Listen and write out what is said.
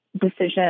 decision